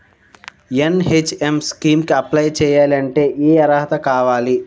NHM scheme కి apply చేయాలి అంటే ఏ అర్హత కావాలి?